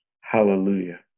Hallelujah